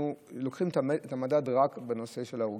אנחנו לוקחים את המדד רק בנושא ההרוגים,